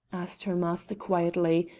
asked her master quietly,